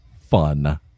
fun